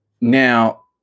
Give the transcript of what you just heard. Now